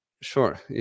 Sure